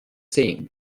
saying